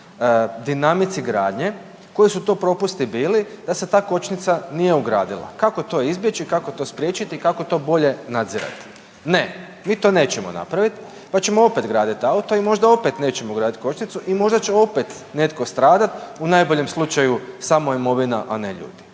dinamici gradnje koji su to propusti bili da se ta kočnica nije ugradila, kako to izbjeći, kako to spriječiti, kako to bolje nadzirati. Ne, mi to nećemo napravit pa ćemo opet graditi auto i možda opet nećemo ugraditi kočnicu i možda će opet netko stradat, u najboljem slučaju samo imovina, a ne ljudi.